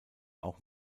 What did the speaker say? auch